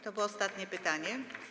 To było ostatnie pytanie.